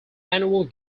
annual